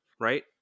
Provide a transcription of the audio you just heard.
Right